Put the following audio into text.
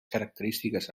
característiques